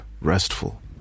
restful